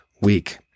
week